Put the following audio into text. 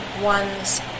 one's